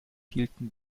hielten